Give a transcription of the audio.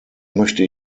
möchte